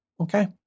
Okay